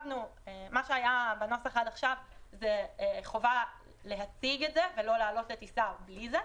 שמה שהיה בנוסח עד עכשיו זה חובה להציג את זה ולא לעלות לטיסה בלי זה,